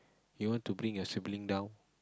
you want to bring your sibling down